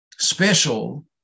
special